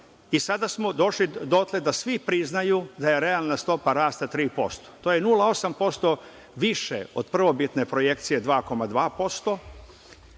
i sada smo došli dotle da svi priznaju da je realna stopa rasta 3%. To je 0,8% više od prvobitne projekcije 2,2%.